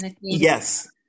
Yes